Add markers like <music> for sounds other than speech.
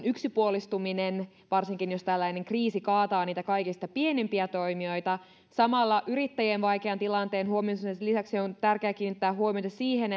<unintelligible> yksipuolistuminen varsinkin jos tällainen kriisi kaataa niitä kaikista pienimpiä toimijoita samalla yrittäjien vaikean tilanteen huomioimisen lisäksi on tärkeää kiinnittää huomiota siihen <unintelligible>